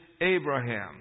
Abraham